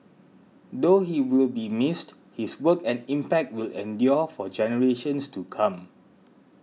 though he will be missed his work and impact will endure for generations to come